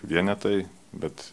vienetai bet